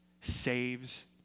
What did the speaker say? saves